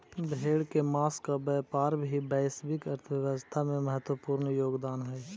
भेड़ के माँस का व्यापार भी वैश्विक अर्थव्यवस्था में महत्त्वपूर्ण योगदान हई